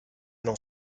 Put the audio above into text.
n’en